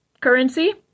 currency